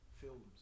films